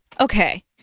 Okay